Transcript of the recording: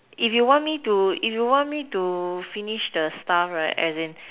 if you want me to if you want me to finish the stuff right and then